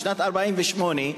משנת 1948,